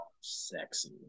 sexy